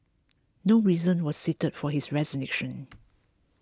no reason was cited for his resignation